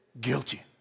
guilty